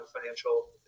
financial